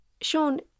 Sean